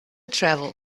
travel